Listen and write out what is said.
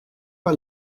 pas